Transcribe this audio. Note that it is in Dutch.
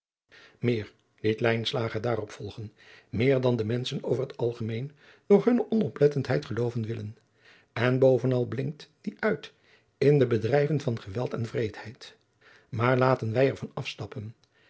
lijnslager dan de menschen over het algemeen door hunne onoplettendheid gelooven willen en bovenal blinkt die uit in de bedrijven van geweld en wreedheid maar laten wij er van afstappen